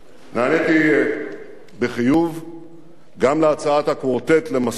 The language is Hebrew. נעניתי בחיוב גם להצעת הקוורטט למשא-ומתן